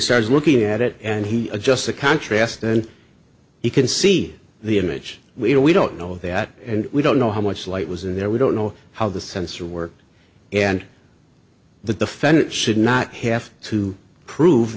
starts looking at it and he adjusts the contrast and he can see the image we're we don't know that and we don't know how much light was in there we don't know how the sensor worked and the defendant should not have to prove